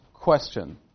Question